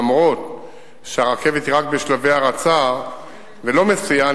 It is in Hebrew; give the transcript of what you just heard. שאף-על-פי שהרכבת היא רק בשלבי הרצה ולא מסיעה,